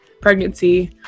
pregnancy